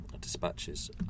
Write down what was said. dispatches